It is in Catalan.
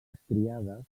estriades